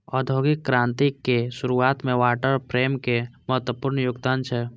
औद्योगिक क्रांतिक शुरुआत मे वाटर फ्रेमक महत्वपूर्ण योगदान छै